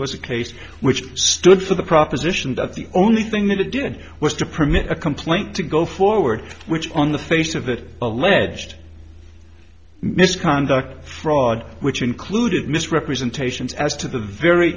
a case which stood for the proposition that the only thing that it did was to permit a complaint to go forward which on the face of it alleged misconduct fraud which included misrepresentations as to the very